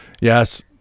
Yes